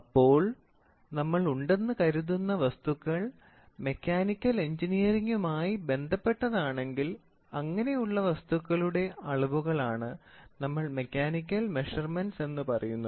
അപ്പോൾ നമ്മൾ ഉണ്ടെന്ന് കരുതുന്ന വസ്തുക്കൾ മെക്കാനിക്കൽ എൻജിനീയറിങ്മായി ബന്ധപ്പെട്ടതാണെങ്കിൽ അങ്ങനെയുള്ള വസ്തുക്കളുടെ അളവുകളാണ് നമ്മൾ മെക്കാനിക്കൽ മെഷർമെൻറ്സ് എന്ന് പറയുന്നത്